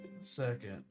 Second